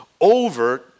over